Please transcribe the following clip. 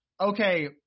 okay